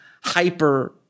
hyper